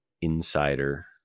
insider